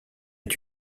est